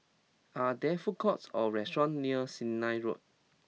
are there food courts or restaurants near Sennett Road